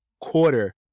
quarter